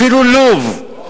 אפילו לוב,